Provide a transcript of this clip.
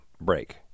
break